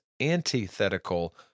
antithetical